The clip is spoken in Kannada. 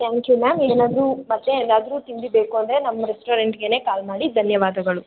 ತ್ಯಾಂಕ್ ಯು ಮ್ಯಾಮ್ ಏನಾದರೂ ಮತ್ತೆ ಏನಾದರೂ ತಿಂಡಿ ಬೇಕು ಅಂದರೆ ನಮ್ಮ ರೆಸ್ಟೋರೆಂಟ್ಗೇ ಕಾಲ್ ಮಾಡಿ ಧನ್ಯವಾದಗಳು